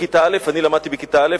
לכיתה א' אני למדתי בכיתה א',